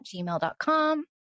gmail.com